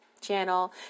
channel